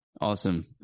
Awesome